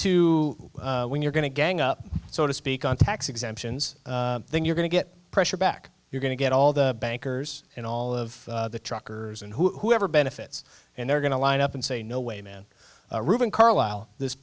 to when you're going to gang up so to speak on tax exemptions then you're going to get pressure back you're going to get all the bankers and all of the truckers and whoever benefits and they're going to line up and say no way man in carlisle this